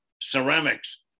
ceramics